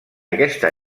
aquesta